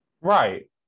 right